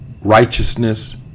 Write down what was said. righteousness